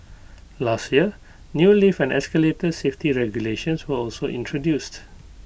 last year new lift and escalator safety regulations were also introduced